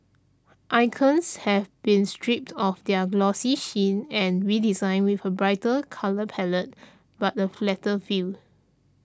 icons have been stripped of their glossy sheen and redesigned with a brighter colour palette but a flatter feel